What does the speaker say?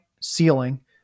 ceiling